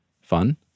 fun